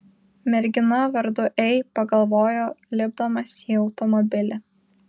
mergina vardu ei pagalvojo lipdamas į automobilį